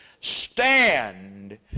stand